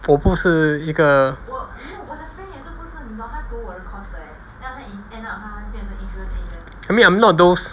我不是一个 I mean I'm not those